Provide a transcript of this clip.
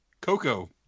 Coco